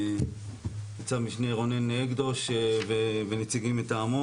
ניצב משנה רונן הקדוש ונציגים מטעמו.